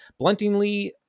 bluntingly